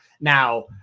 now